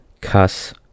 cuss